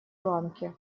ланки